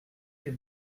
les